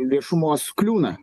viešumos kliūna